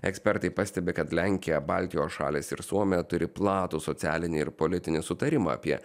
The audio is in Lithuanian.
ekspertai pastebi kad lenkija baltijos šalys ir suomija turi platų socialinį ir politinį sutarimą apie